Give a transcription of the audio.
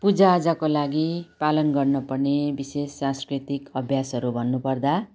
पूजाआजाको लागि पालन गर्नुपर्ने विशेष सांस्कृतिक अभ्यासहरू भन्नुपर्दा